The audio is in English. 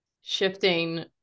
shifting